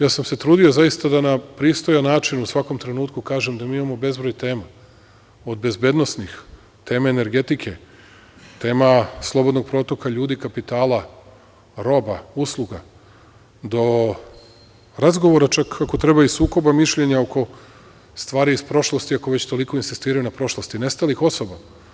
Ja sam se trudio zaista da na pristojan način u svakom trenutku kažem da mi imamo bezbroj tema, od bezbednosnih, teme energetike, tema slobodnog protoka ljudi kapitala roba, usluga, do razgovora čak ako treba i sukoba mišljenja oko stvari iz prošlosti, ako toliko već insistiraju na prošlosti, nestalih osoba.